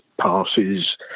passes